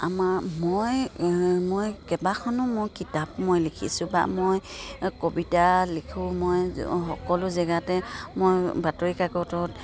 আমাৰ মই মই কেইবাখনো মই কিতাপ মই লিখিছোঁ বা মই কবিতা লিখোঁ মই সকলো জেগাতে মই বাতৰিকাকতত